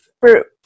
fruit